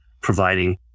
providing